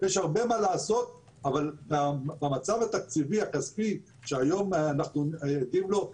יש הרבה מה לעשות אבל במצב התקציבי-הכספי שהיום אנחנו עדים לו,